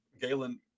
Galen